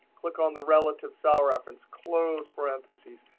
click on the relative cell reference, close parentheses,